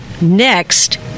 next